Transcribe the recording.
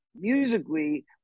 musically